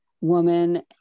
woman